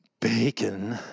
bacon